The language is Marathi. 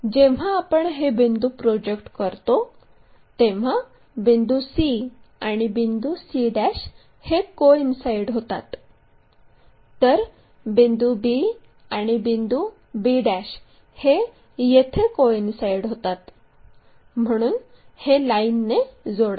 जेव्हा आपण हे बिंदू प्रोजेक्ट करतो तेव्हा बिंदू c आणि बिंदू c हे कोइन्साईड होतात तर बिंदू b आणि बिंदू b हे येथे कोइन्साईड होतात म्हणून हे लाईनने जोडा